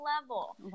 level